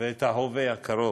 ואת ההווה הקרוב.